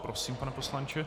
Prosím, pane poslanče.